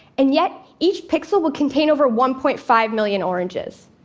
and yet each pixel would contain over one point five million oranges.